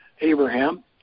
Abraham